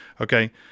Okay